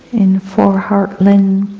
in four hartland